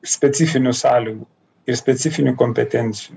specifinių sąlygų ir specifinių kompetencijų